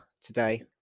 today